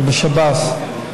זה בשב"ס.